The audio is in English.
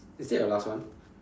is that your last one